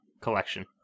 collection